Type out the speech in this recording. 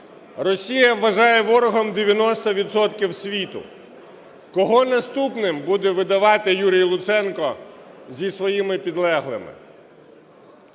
Росія вважаю ворогом 90 відсотків світу. Кого наступним буде видавати Юрій Луценко зі своїми підлеглими?